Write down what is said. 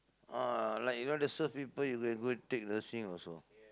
ah like you want to serve people you can go and take nursing also